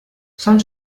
son